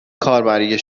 کاربری